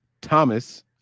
Thomas